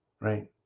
right